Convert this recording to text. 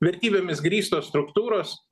vertybėmis grįstos struktūros